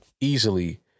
easily